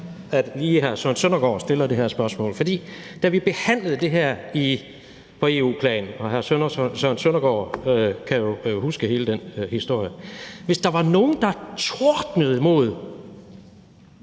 at lige hr. Søren Søndergaard stiller det her spørgsmål, for hvis der var nogen, der, da vi behandlede det her på EU-plan – og hr. Søren Søndergaard kan huske hele den historie – tordnede mod